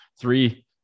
three